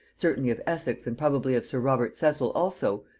certainly of essex and probably of sir robert cecil also,